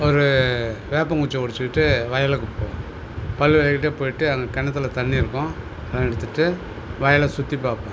ஒரு வேப்பங்குச்சியை ஒடிச்சிகிட்டு வயலுக்கு போவேன் பல் விளக்கிட்டே போயிவிட்டு அங்கே கிணத்துல தண்ணி இருக்கும் அதை எடுத்துகிட்டு வயலை சுற்றி பார்ப்பேன்